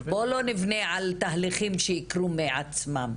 בואי לא נבנה על תהליכים שיקרו מעצמם.